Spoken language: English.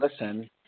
listen